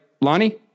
Lonnie